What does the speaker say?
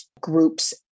groups